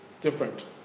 different